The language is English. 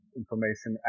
information